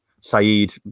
Saeed